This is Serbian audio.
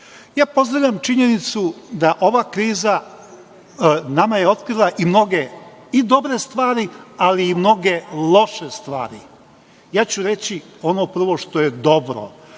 opasan. Pozdravljam činjenicu da je ova kriza nama otkrila i mnoge dobre stvari, ali i mnoge loše stvari. Reći ću ono prvo što je dobro.